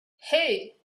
hey